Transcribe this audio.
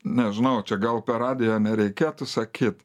nežinau čia gal per radiją nereikėtų sakyt